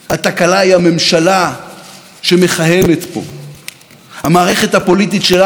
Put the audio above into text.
המערכת הפוליטית שלנו הפכה למחלה אוטואימונית: